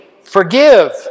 forgive